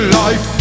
life